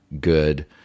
good